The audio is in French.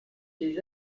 ses